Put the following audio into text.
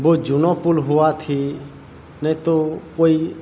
બહુ જૂનો પુલ હોવાથી નહીં તો કોઈ